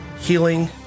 healing